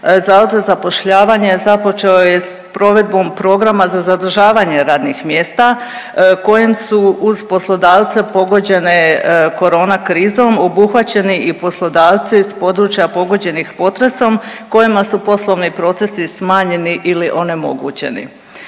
Zavod za zapošljavanje započeo je s provedbom programa za zadržavanje radnih mjesta kojem su uz poslodavce pogođene korona krizom obuhvaćeni i poslodavci s područja pogođenih potresom kojima su poslovni procesi smanjeni ili onemogućeni.